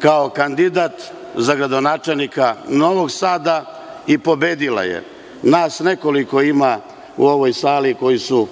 kao kandidat za gradonačelnika Novog Sada i pobedila je. Nas nekoliko ima u ovoj sali koji su